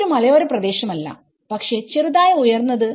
ഇതൊരു മലയോര പ്രദേശം അല്ല പക്ഷേ ചെറുതായി ഉയർന്നത്